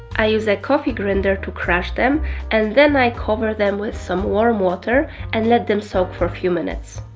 i use a coffee grinder to crush them and then i cover them with some warm water and let them soak for a few minutes.